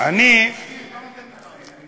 על-פי ההגדרה שלך הם מתנחלים ואתה חזרת למולדת.